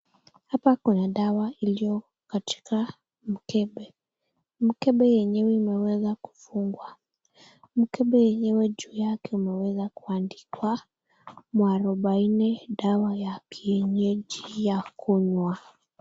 Hapa kuna dawa iliyo katika mkebe mkebe mwenyewe umeweza kufungwa. Mkebe mwenyewe juu yake umeweza kuandikwa mwarubaine dawa ya kienyeji ya kunywa.